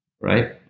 right